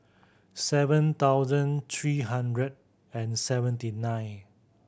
seven thousand three hundred and seventy nine